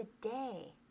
today